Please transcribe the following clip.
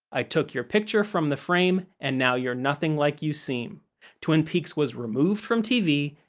i took your picture from the frame and now you're nothing like you seem twin peaks was removed from tv,